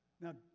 Now